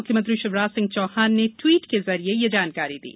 मुख्यमंत्री शिवराज सिंह चौहान ने ट्वीट के जरिए यह जानकारी दी